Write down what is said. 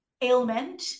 ailment